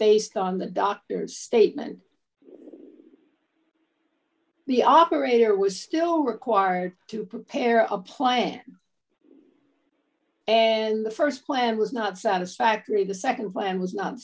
based on the doctor's statement we the operator was still required to prepare a plan and the st plan was not satisfactory the nd plan was not